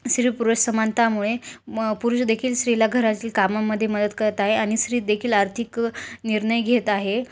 स्त्री पुरुष समानतेमुळे म पुरुष देखील स्त्रीला घरातील कामामध्ये मदत करत आहे आणि स्त्री देखील आर्थिक निर्णय घेत आहे